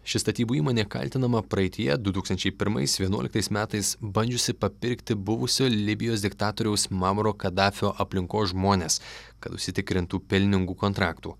ši statybų įmonė kaltinama praeityje du tūkstančiai pirmais vienuoliktais metais bandžiusi papirkti buvusio libijos diktatoriaus mamuro kadafio aplinkos žmones kad užsitikrintų pelningų kontraktų